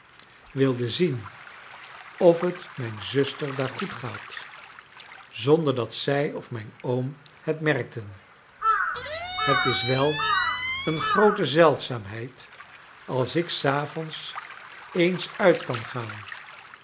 wilde zien of t mijn zuster daar goed gaat zonder dat zij of mijn oom het merkten het is wel een groote zeldzaamheid als ik s avonds eens uit kan gaan